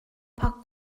phak